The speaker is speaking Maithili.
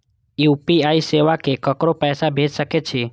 यू.पी.आई सेवा से ककरो पैसा भेज सके छी?